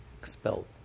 Expelled